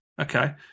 Okay